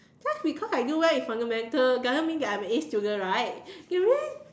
just because like I do well in fundamental doesn't mean that I'm a A student right you really